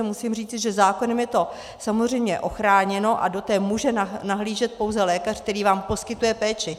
Musím říci, že zákonem je to samozřejmě ochráněno a do té může nahlížet pouze lékař, který vám poskytuje péči.